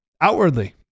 Outwardly